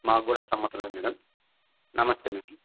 మాకు కూడా సమత్తం మేడం నమస్తే మేడం